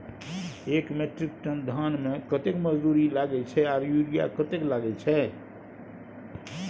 एक metric ton धान में कतेक मजदूरी लागे छै आर यूरिया कतेक लागे छै?